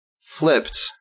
flipped